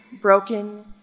broken